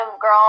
girl